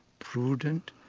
prudent,